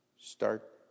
start